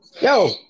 Yo